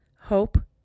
hope